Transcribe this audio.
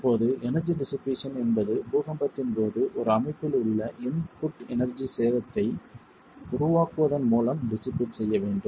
இப்போது energy dissipation என்பது பூகம்பத்தின் போது ஒரு அமைப்பில் உள்ள இன்புட் எனர்ஜி சேதத்தை உருவாக்குவதன் மூலம் டிசிபேட் செய்ய வேண்டும்